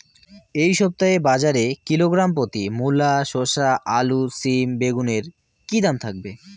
এই সপ্তাহে বাজারে কিলোগ্রাম প্রতি মূলা শসা আলু সিম বেগুনের কী দাম থাকবে?